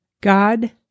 God